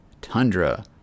Tundra